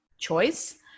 choice